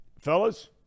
Fellas